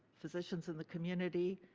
physicians in the community,